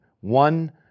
One